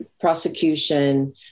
prosecution